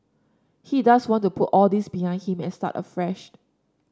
he does want to put all this behind him and start afresh